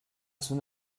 son